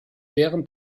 während